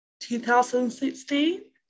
2016